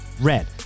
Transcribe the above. Red